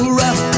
rough